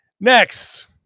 next